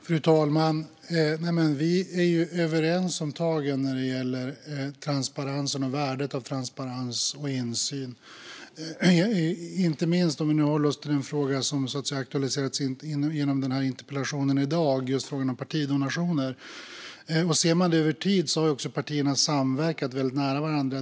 Fru talman! Vi är överens när det gäller värdet av transparens och insyn, inte minst om vi håller oss till den fråga som aktualiserats genom den interpellation vi nu debatterar, det vill säga frågan om partidonationer. Sett över tid har partierna samverkat väldigt nära varandra.